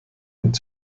und